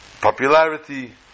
popularity